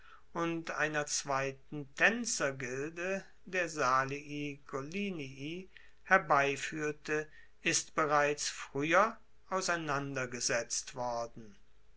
und einer zweiten taenzergilde der salii collini herbeifuehrte ist bereits frueher auseinandergesetzt worden